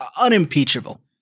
unimpeachable